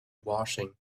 washing